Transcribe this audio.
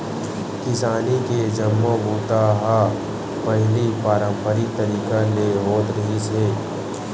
किसानी के जम्मो बूता ह पहिली पारंपरिक तरीका ले होत रिहिस हे